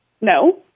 No